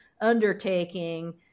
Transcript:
undertaking